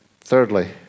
thirdly